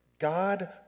God